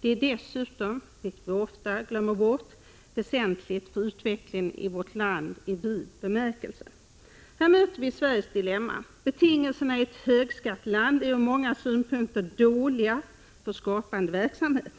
Det är dessutom, vilket vi ofta glömmer bort, väsentligt för utvecklingen i vårt land i vid bemärkelse. Här möter vi Sveriges dilemma. Betingelserna i ett högskatteland är ur många synpunkter dåliga för skapande verksamhet.